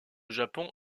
japon